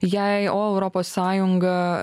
jai o europos sąjunga